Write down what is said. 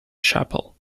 chapel